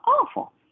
awful